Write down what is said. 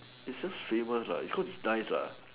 it's just famous lah it's going to dice lah